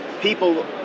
people